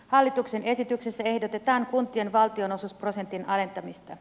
hallituksen esityksessä ehdotetaan kuntien valtionosuusprosentin alentamista